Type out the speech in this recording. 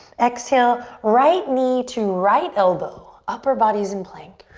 exhale, right knee to right elbow, upper body's in plank.